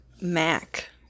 Mac